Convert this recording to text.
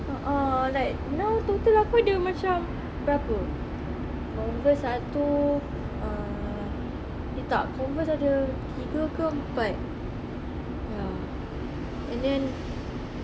a'ah like now total aku ada macam berapa Converse satu uh eh tak Converse ada tiga ke empat ya and then